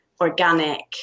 organic